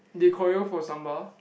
they call you for samba